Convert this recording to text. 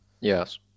Yes